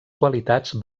qualitats